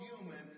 human